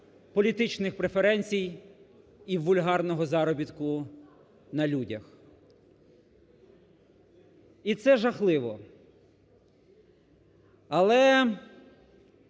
політичних преференцій і вульгарного заробітку на людях. І це жахливо. Але